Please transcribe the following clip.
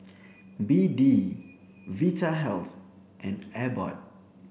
B D Vitahealth and Abbott